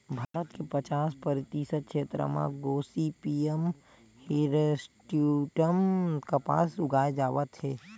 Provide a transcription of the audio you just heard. भारत के पचास परतिसत छेत्र म गोसिपीयम हिरस्यूटॅम कपसा उगाए जावत हे